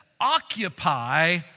Occupy